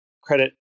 credit